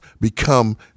become